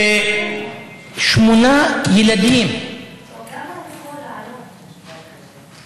כמה יכולה לעלות תרופה כזאת?